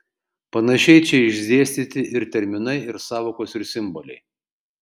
panašiai čia išdėstyti ir terminai ir sąvokos ir simboliai